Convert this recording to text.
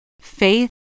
faith